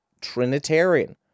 Trinitarian